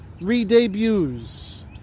re-debuts